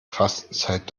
fastenzeit